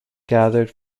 gathered